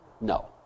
No